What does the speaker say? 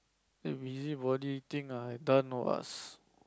the busy body thing I've done was